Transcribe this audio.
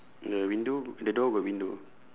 the window the door got window